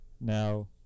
Now